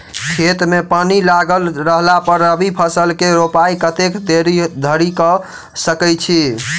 खेत मे पानि लागल रहला पर रबी फसल केँ रोपाइ कतेक देरी धरि कऽ सकै छी?